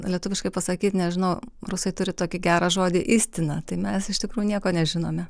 lietuviškai pasakyt nežinau rusai turi tokį gerą žodį istina tai mes iš tikrųjų nieko nežinome